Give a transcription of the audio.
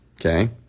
Okay